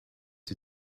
die